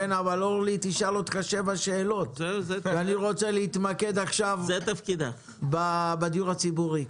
אבל אורלי תשאל אותך שבע שאלות ואני רוצה להתמקד עכשיו בדיור הציבורי.